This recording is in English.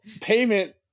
payment